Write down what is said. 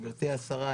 גברתי השרה,